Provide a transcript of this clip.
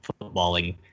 footballing